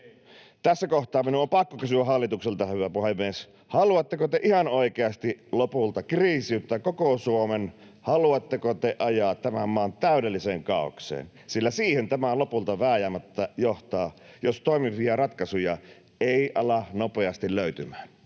Tässä kohtaa minun on pakko kysyä hallitukselta, hyvä puhemies: haluatteko te ihan oikeasti lopulta kriisiyttää koko Suomen, haluatteko te ajaa tämän maan täydelliseen kaaokseen? Siihen tämä lopulta vääjäämättä johtaa, jos toimivia ratkaisuja ei ala nopeasti löytymään.